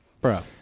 Bro